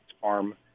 farm